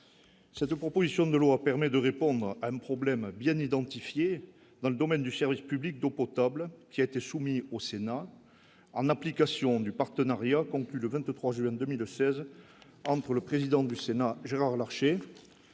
cette proposition de loi permet de répondre à un problème bien identifié dans le domaine du service public d'eau potable qui a été soumis au sénat en application du partenariat conclu le 23 juin 2009 16 ans, pour le président du Sénat Gérard Larcher, le président de la délégation